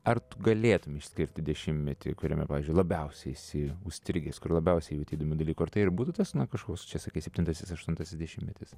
ar galėtum išskirti dešimtmetį kuriame pavyzdžiui labiausiai esi užstrigęs kur labiausiai jauti įdomių dalykų ar tai ir būtų tas na kažkoks čia sakai septintasis aštuntasis dešimtmetis